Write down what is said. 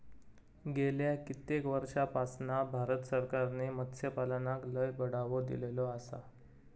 गेल्या कित्येक वर्षापासना भारत सरकारने मत्स्यपालनाक लय बढावो दिलेलो आसा